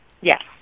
Yes